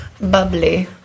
bubbly